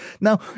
Now